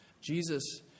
Jesus